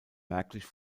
merklich